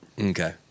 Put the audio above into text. Okay